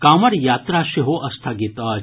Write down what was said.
कांवड़ यात्रा सेहो स्थगित अछि